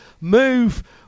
move